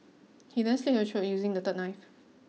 he then slit her throat using the third knife